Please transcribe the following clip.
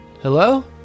Hello